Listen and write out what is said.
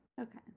Okay